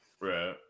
Right